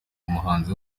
umuhanzi